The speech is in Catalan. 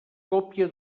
còpia